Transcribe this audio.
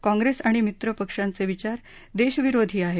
काँप्रेस आणि मित्रपक्षांचे विचार देशविरोधी आहेत